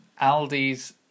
Aldi's